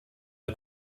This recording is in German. der